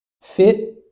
fit